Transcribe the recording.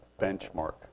benchmark